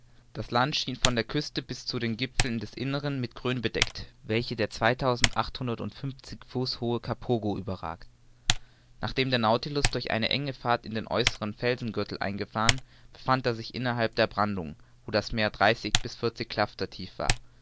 das land schien von der küste bis zu den gipfeln des innern mit grün bedeckt welche der zweitausendachthundertundfünfzig fuß hohe kapogo überragt nachdem der nautilus durch eine enge fahrt in den äußern